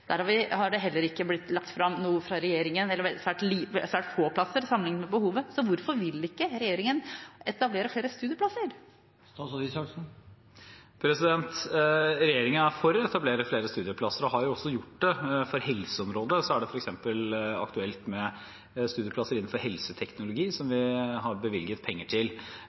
Der har det heller ikke blitt lagt fram noe fra regjeringen – svært få plasser sammenliknet med behovet. Hvorfor vil ikke regjeringen etablere flere studieplasser? Regjeringen er for å etablere flere studieplasser og har også gjort det. På helseområdet er det f.eks. aktuelt med studieplasser innenfor helseteknologi, som vi har bevilget penger til.